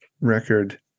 record